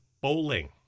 bowling